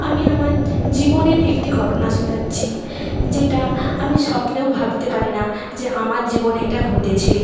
আমি আমার জীবনের একটি ঘটনা শোনাচ্ছি যেটা আমি স্বপ্নেও ভাবতে পারি না যে আমার জীবনে এটা ঘটেছে